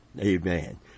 Amen